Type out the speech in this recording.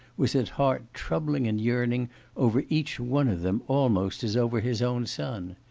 was at heart troubling and yearning over each one of them almost as over his own son.